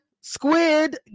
Squid